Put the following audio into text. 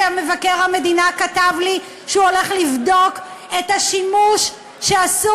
שמבקר המדינה כתב לי שהוא הולך לבדוק את השימוש שעשו